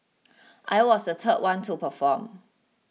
I was the third one to perform